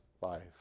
life